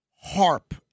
HARP